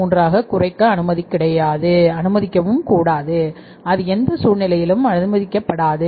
33 ஆகக் குறைக்க அனுமதிக்கக்கூடாது அது எந்த சூழ்நிலையிலும் அனுமதிக்கப்படாது